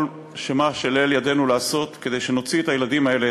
כל מה שלאל ידנו לעשות כדי שנוציא את הילדים האלה,